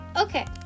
Okay